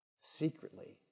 secretly